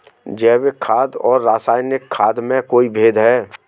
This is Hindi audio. जैविक खाद और रासायनिक खाद में कोई भेद है?